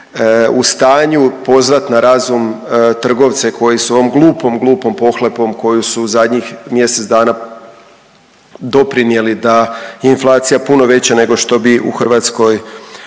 u stanju pozvati na razum trgovce koji su ovom glupom, glupom pohlepom koju su zadnjih mjesec dana doprinijeli da je inflacija puno veća nego što bi u Hrvatskoj